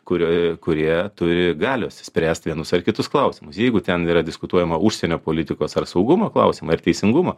kurioj kurie turi galios spręst vienus ar kitus klausimus jeigu ten yra diskutuojama užsienio politikos ar saugumo klausimai ar teisingumo